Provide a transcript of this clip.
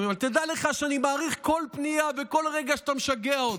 אבל תדע לך שאני מעריך כל פנייה וכל רגע שאתה משגע אותי,